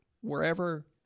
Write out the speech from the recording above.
wherever